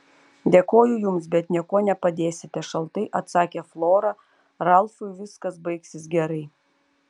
dėkoju jums bet niekuo nepadėsite šaltai atsakė flora ralfui viskas baigsis gerai